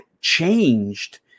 changed